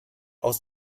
aus